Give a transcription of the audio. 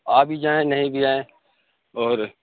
آ بھی جائیں نہیں بھی آئیں اور